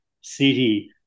city